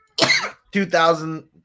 2,000